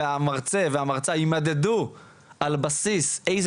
והמרצה או המרצה יימדדו על בסיס איזה